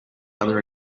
other